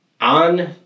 on